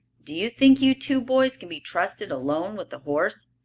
do you think you two boys can be trusted alone with the horse?